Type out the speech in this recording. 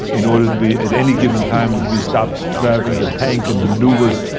in order to be, at any given time, if we stopped driving the tank and maneuvers.